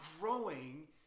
growing